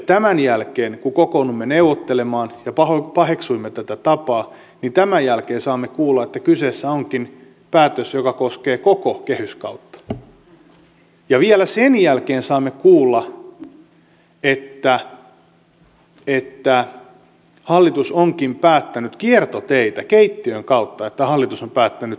tämän jälkeen kun kokoonnuimme neuvottelemaan ja paheksuimme tätä tapaa saimme kuulla että kyseessä onkin päätös joka koskee koko kehyskautta ja vielä sen jälkeen saimme kuulla että hallitus onkin päättänyt kiertoteitä keittiön kautta siirtää yleisradion valtiontalouden kehyksiin